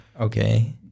Okay